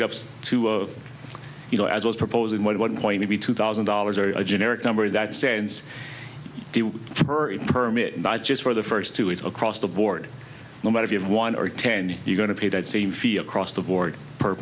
it up to you know as i was proposing one point to be two thousand dollars or a generic number that stands for permit not just for the first two it's across the board no but if you have one or ten you're going to pay that same field across the board per